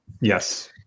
yes